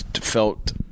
felt